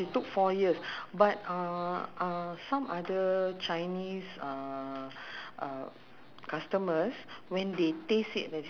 the stock is made up of pork bone dia cakap gitu ah so uh she actually but I can teach you how to cook she said